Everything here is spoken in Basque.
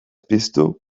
piztu